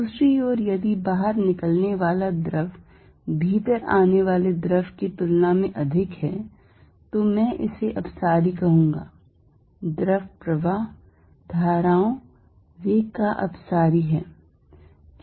दूसरी ओर यदि बाहर निकलने वाला द्रव भीतर आने वाले द्रव की तुलना में अधिक है मैं इसे अपसारी कहूंगा द्रव प्रवाह धाराओं वेग का अपसारी हैं